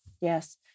Yes